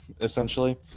essentially